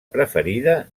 preferida